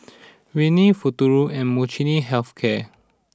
Rene Futuro and Molnylcke Health Care